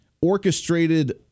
orchestrated